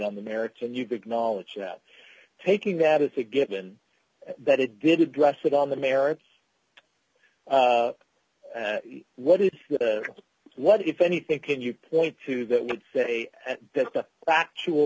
on the merits and you big knowledge that taking that it's a given that it did address it on the merits what if what if anything can you point to that would say that the actual